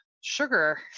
sugar